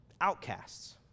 Outcasts